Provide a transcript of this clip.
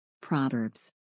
Proverbs